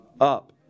up